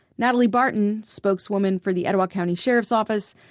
natalie barton, spokeswoman for the etowah county sheriff's office,